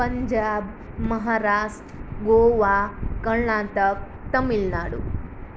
Punjab Maharashtra Goa Karnataka Tamil Nadu